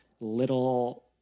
little